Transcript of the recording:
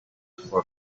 for